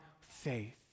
faith